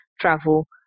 travel